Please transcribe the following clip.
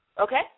Okay